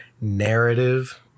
narrative